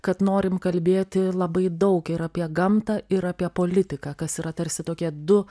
kad norim kalbėti labai daug ir apie gamtą ir apie politiką kas yra tarsi tokie du